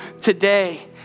today